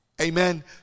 Amen